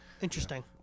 Interesting